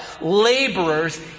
laborers